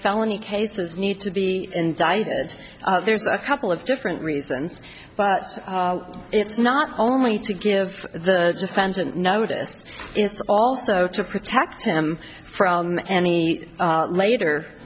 felony cases need to be indicted there's a couple of different reasons but it's not only to give the defendant notice it's also to protect him from any later